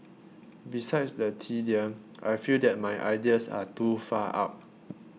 besides the tedium I feel that my ideas are too far out